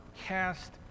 cast